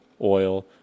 oil